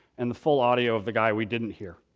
and the full audio of the guy we didn't hear.